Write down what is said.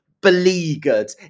beleaguered